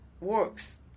works